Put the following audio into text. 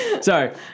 Sorry